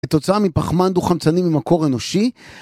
כתוצאה מפחמן דו חמצני ממקור אנושי